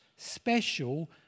special